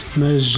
mas